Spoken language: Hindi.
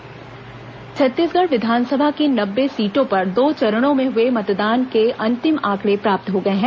विस चुनाव मतदान प्रतिशत छत्तीसगढ़ विधानसभा की नब्बे सीटों पर दो चरणों में हुए मतदान के अंतिम आंकड़े प्राप्त हो गए हैं